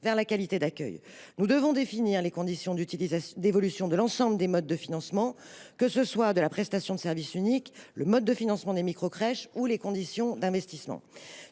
sur la qualité de l’accueil. Nous devons définir les conditions d’évolution de l’ensemble des modes de financement, qu’il s’agisse de la prestation de service unique, du financement des microcrèches ou des conditions d’investissement.